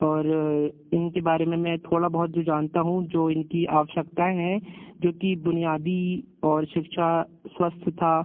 और इनके बारे में मैं थोड़ा बहुत जो जानता हूँ जो इनकी आवश्यकताऍं हैं जो कि बुनियादी और शिक्षा स्वास्थयथा